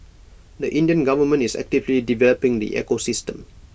the Indian government is actively developing the ecosystem